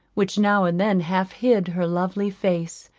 which now and then half hid her lovely face,